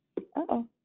Uh-oh